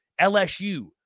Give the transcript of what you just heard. LSU